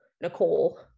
Nicole